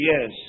yes